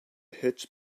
hitch